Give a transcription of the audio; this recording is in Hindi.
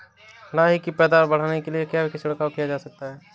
लाही की पैदावार बढ़ाने के लिए क्या छिड़काव किया जा सकता है?